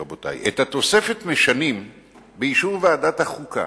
רבותי: את התוספת משנים באישור ועדת החוקה.